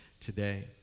today